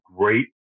great